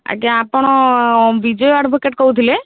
ଆଜ୍ଞା ଆପଣ ବିଜୟ ଆଡ଼ଭୋକେଟ୍ କହୁଥିଲେ